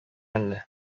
әллә